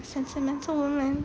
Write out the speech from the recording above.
sentimental woman